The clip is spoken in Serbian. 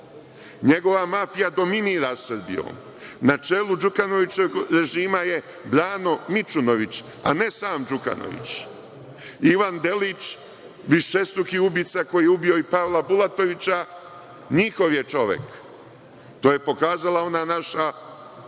Njegova mafija dominira Srbijom. Na čelu Đukanovićevog režima je Brano Mićunović, a ne sam Đukanović. Ivan Delić višestruki ubica koji je ubio i Pavla Bulatovića, njihov je čovek. To je pokazala ona naša